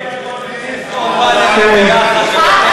את ואני היינו באין ספור פאנלים יחד בבתי-הספר.